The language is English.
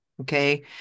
Okay